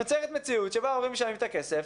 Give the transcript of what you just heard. נוצרת מציאות שבה ההורים משלמים את הכסף,